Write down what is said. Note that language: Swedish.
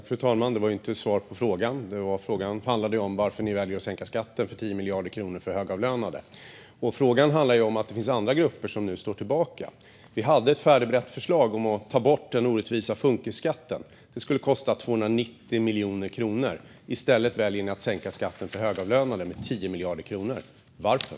Fru talman! Det var inte ett svar på frågan. Frågan var varför ni väljer att sänka skatten för högavlönade med 10 miljarder kronor, Elisabeth Svantesson. Det handlar ju om att det finns andra grupper som nu står tillbaka. Vi hade ett färdigberett förslag om att ta bort den orättvisa funkisskatten, vilket skulle kosta 290 miljoner kronor. I stället väljer ni att sänka skatten för högavlönade med 10 miljarder kronor. Varför?